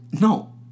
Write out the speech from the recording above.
No